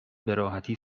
بهراحتی